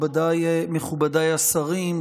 מכובדיי השרים,